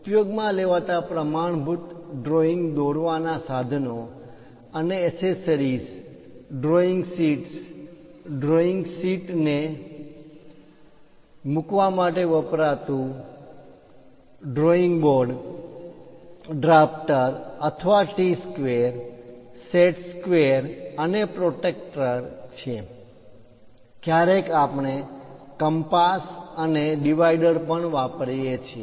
ઉપયોગમાં લેવાતા પ્રમાણભૂત ડ્રોઈંગ દોરવા ના સાઘનો અને એસેસરીઝ ડ્રોઇંગ શીટ્સ ડ્રોઇંગ શીટને મુકવા માટે વપરાતુ આવરી લેવા માટેનું ડ્રોઈંગ બોર્ડ ડ્રાફ્ટર અથવા ટી સ્કવેર સેટ સ્ક્વેર અને પ્રોટ્રેક્ટર કોણમાપક છે ક્યારેક આપણે કંપાસ કાગળ પર વર્તુળ દોરવાનું સાધન અને ડિવાઈડર પણ વાપરીએ છીએ